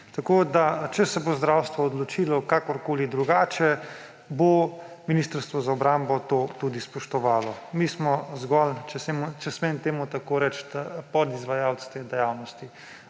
za obrambo. Če se bo zdravstvo odločilo kakorkoli drugače, bo Ministrstvo za obrambo to tudi spoštovalo. Mi smo zgolj, če smem temu tako reči, podizvajalci te dejavnosti.